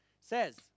says